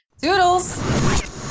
Doodles